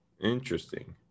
Interesting